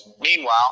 Meanwhile